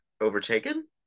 overtaken